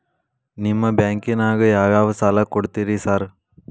ನಿಮ್ಮ ಬ್ಯಾಂಕಿನಾಗ ಯಾವ್ಯಾವ ಸಾಲ ಕೊಡ್ತೇರಿ ಸಾರ್?